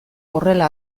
horrela